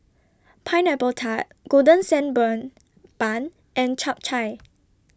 Pineapple Tart Golden Sand Burn Bun and Chap Chai